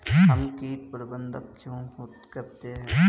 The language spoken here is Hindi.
हम कीट प्रबंधन क्यों करते हैं?